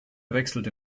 wechselte